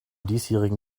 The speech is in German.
diesjährigen